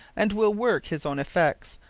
and will worke his owne effects,